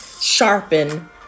sharpen